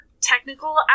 technical